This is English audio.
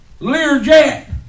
Learjet